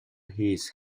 he’s